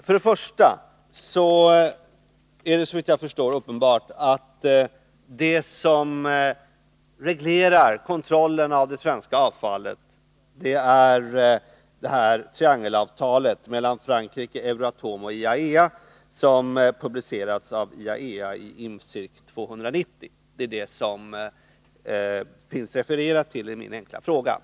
Först och främst är det, såvitt jag förstår, uppenbart att det som reglerar kontrollen av det svenska avfallet är detta triangelavtal mellan Frankrike, Euratom och IAEA som har publicerats av IAEA i Infcirk 290 och som jag refererade till i min fråga.